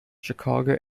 chicago